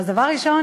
אז דבר ראשון,